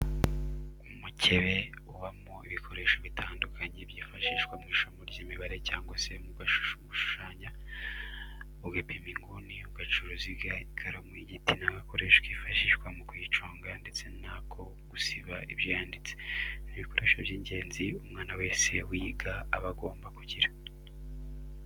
Umukebe ubamo ibikoresho bitandukanye byifashishwa mu isomo ry'imibare cyangwa se mu gushushanya, ugapima inguni, ugaca uruziga, ikaramu y'igiti n'agakoresho kifashishwa mu kuyiconga ndetse n'ako gusiba ibyo yanditse, ni ibikoresho by'ingenzi umwana wese wiga aba agomba kugira.